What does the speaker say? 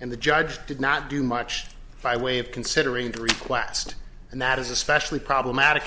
and the judge did not do much by way of considering the request and that is especially problematic